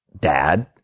dad